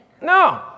No